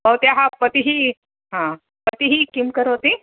भवत्याः पतिः पतिः किं करोति